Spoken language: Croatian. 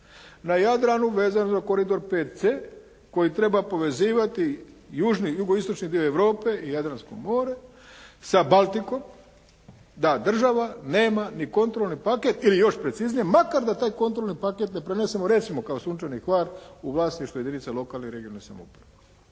na Jadranu vezanu za koridor 5C koji treba povezivati južni, jugoistočni dio Europe i Jadransko more sa Baltikom, da država nema ni kontrolni paket ili još preciznije, makar da taj kontrolni paket ne prenesemo recimo ka "Sunčani Hvar" u vlasništvo jedinice lokalne i regionalne samouprave.